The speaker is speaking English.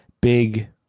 big